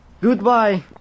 Goodbye